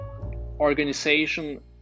organization